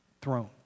throne